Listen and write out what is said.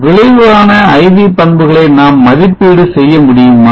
விளைவான IV பண்புகளை நாம் மதிப்பீடு செய்ய முடியுமா